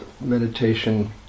meditation